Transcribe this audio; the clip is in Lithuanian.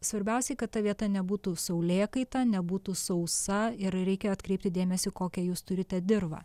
svarbiausiai kad ta vieta nebūtų saulėkaita nebūtų sausa ir reikia atkreipti dėmesį kokią jūs turite dirvą